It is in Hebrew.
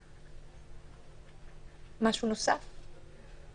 משהו נוסף?